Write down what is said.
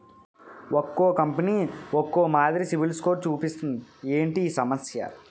ఒక్కో కంపెనీ ఒక్కో మాదిరి సిబిల్ స్కోర్ చూపిస్తుంది ఏంటి ఈ సమస్య?